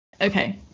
Okay